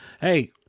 Hey